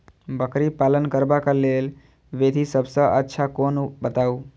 बकरी पालन करबाक लेल विधि सबसँ अच्छा कोन बताउ?